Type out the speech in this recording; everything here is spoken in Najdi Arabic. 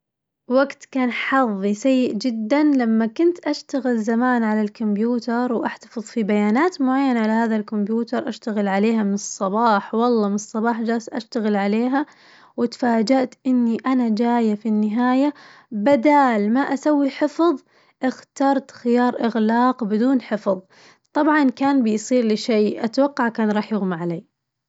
وقت كان حظي سيء جداً لما كنت أشتغل زمان على الكمبيوتر وأحتفظ في بيانات معينة على هذا الكمبيوتر أشتغل عليها من الصباح الله من الصباح جالسة أشتغل عليها، وتفاجأت إني أنا جاية في النهاية بدال ما أسوي حفظ اخترت خيار إغلاق بدون حفظ، طبعاً كان بيصير لي شي أتوقع كان راح يغمى علي.